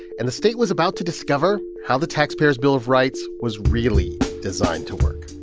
and the state was about to discover how the taxpayer's bill of rights was really designed to work.